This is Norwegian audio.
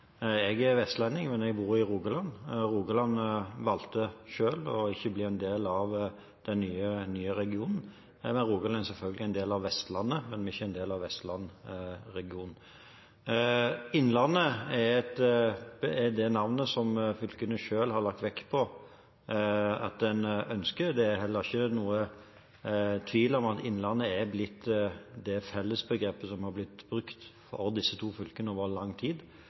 Jeg er vestlending, men jeg bor i Rogaland. Rogaland valgte selv å ikke bli en del av den nye regionen. Rogaland er selvfølgelig en del av Vestlandet, men vi er ikke en del av Vestland-regionen. Innlandet er det navnet som fylkene selv har lagt vekt på at en ønsker. Det er heller ikke noe tvil om at Innlandet er blitt det fellesbegrepet som er blitt brukt for disse to fylkene over lang tid.